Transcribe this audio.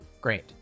Great